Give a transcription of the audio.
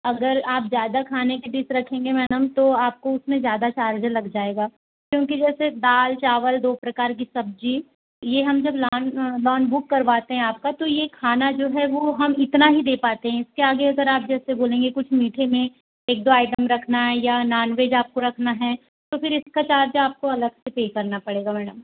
अगर आप ज़्यादा खाने की डिश रखेंगे मैडम तो आपको उसमें ज़्यादा चार्ज लग जाएगा क्योंकि जैसे दाल चावल दो प्रकार की सब्ज़ी ये हम जब लॉन लॉन बुक करवाते हैं आपका तो यह खाना जो है वो हम इतना ही दे पाते हैं इसके आगे सर आप जैसे बोलेगें कुछ मीठे में एक दो आइटम रखना है या नॉन वेज आपको रखना है तो फिर इसका चार्ज आपको अलग से पे करना पड़ेगा मैडम